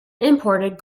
imported